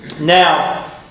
Now